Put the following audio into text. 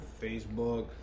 Facebook